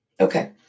Okay